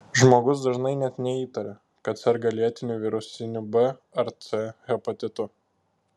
žmogus dažnai net neįtaria kad serga lėtiniu virusiniu b ar c hepatitu